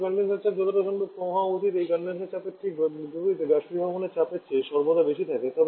তারপরে কনডেনসার চাপ যতটা সম্ভব কম হওয়া উচিত এই কনডেনসার চাপের ঠিক বিপরীতে বাষ্পীভবনের চাপের চেয়ে সর্বদা বেশি থাকে